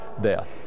death